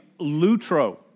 lutro